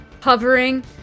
hovering